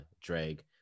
drag